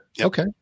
okay